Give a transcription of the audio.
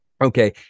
Okay